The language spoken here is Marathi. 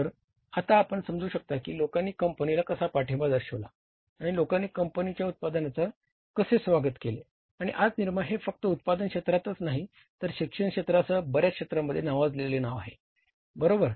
तर आता आपण समजू शकता की लोकांनी कंपनीला कसा पाठिंबा दर्शविला आणि लोकांनी कंपनीच्या उत्पादनाचे कसे स्वागत केले आणि आज निरमा हे फक्त उत्पादन क्षेत्रातच नाही तर शिक्षण क्षेत्रासह बर्याच क्षेत्रांमध्ये नावाजलेले नाव आहे बरोबर